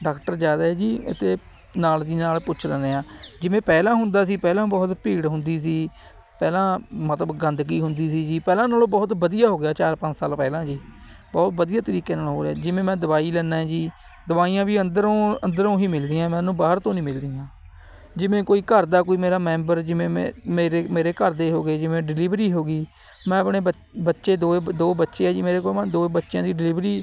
doctor ਜ਼ਿਆਦਾ ਹੈ ਜੀ ਅਤੇ ਨਾਲ ਦੀ ਨਾਲ ਪੁੱਛ ਲੈਂਦੇ ਹਾਂ ਜਿਵੇਂ ਪਹਿਲਾਂ ਹੁੰਦਾ ਸੀ ਪਹਿਲਾਂ ਬਹੁਤ ਭੀੜ ਹੁੰਦੀ ਸੀ ਪਹਿਲਾਂ ਮਤਲਬ ਗੰਦਗੀ ਹੁੰਦੀ ਸੀ ਜੀ ਪਹਿਲਾਂ ਨਾਲੋਂ ਬਹੁਤ ਵਧੀਆ ਹੋ ਗਿਆ ਚਾਰ ਪੰਜ ਸਾਲ ਪਹਿਲਾਂ ਜੀ ਬਹੁਤ ਵਧੀਆ ਤਰੀਕੇ ਨਾਲ ਹੋ ਰਿਹਾ ਜਿਵੇਂ ਮੈਂ ਦਵਾਈ ਲੈਂਦਾ ਹੈ ਜੀ ਦਵਾਈਆਂ ਵੀ ਅੰਦਰੋਂ ਅੰਦਰੋਂ ਹੀ ਮਿਲਦੀਆਂ ਮੈਨੂੰ ਬਾਹਰ ਤੋਂ ਨਹੀਂ ਮਿਲਦੀਆਂ ਜਿਵੇਂ ਕੋਈ ਘਰ ਦਾ ਕੋਈ ਮੇਰਾ ਮੈਂਬਰ ਜਿਵੇਂ ਮੈ ਮੇਰੇ ਮੇਰੇ ਘਰ ਦੇ ਹੋ ਗਏ ਜਿਵੇਂ ਡਿਲੀਵਰੀ ਹੋ ਗਈ ਮੈਂ ਆਪਣੇ ਬੱ ਬੱਚੇ ਦੋਵੇਂ ਦੋ ਬੱਚੇ ਹੈ ਜੀ ਮੇਰੇ ਕੋਲ ਮੈਂ ਦੋਵੇਂ ਬੱਚਿਆਂ ਦੀ ਡਿਲੀਵਰੀ